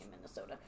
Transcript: Minnesota